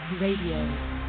Radio